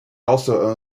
also